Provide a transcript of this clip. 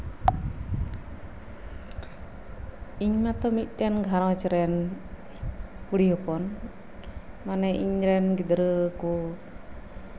ᱤᱧ ᱢᱟᱛᱚ ᱢᱤᱫᱴᱮᱱ ᱜᱷᱟᱸᱨᱚᱧᱡᱽᱨᱮᱱ ᱠᱩᱲᱤ ᱦᱚᱯᱚᱱ ᱢᱟᱱᱮ ᱤᱧ ᱨᱮᱱ ᱜᱤᱫᱽᱨᱟᱹ ᱠᱚ